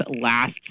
last